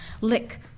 Lick